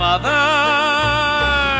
Mother